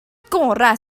gorau